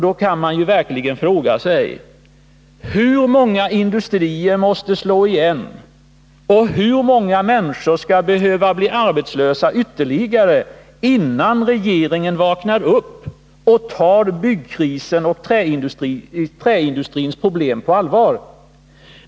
Då kan man verkligen fråga sig: Hur många industrier måste slå igen, hur många människor ytterligare skall behöva bli arbetslösa innan regeringen vaknar upp och tar byggkrisen och träindustrins problem på allvar?